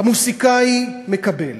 המוזיקאי, מקבל,